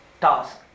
task